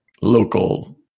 local